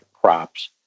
crops